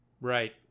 Right